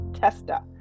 Testa